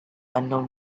unknown